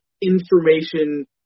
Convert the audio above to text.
information